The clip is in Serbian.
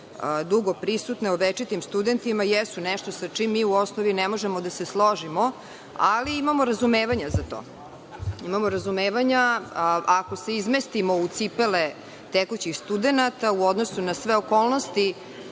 dugo prisutne o večitim studentima, jesu nešto sa čim mi u osnovi ne možemo da se složimo, ali imamo razumevanja za to. Imamo razumevanja, ako se izmestimo u cipele tekućih studenata u odnosu na sve okolnosti,